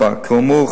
כאמור,